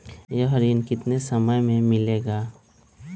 यह ऋण कितने समय मे मिलेगा?